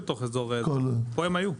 פה הם היו.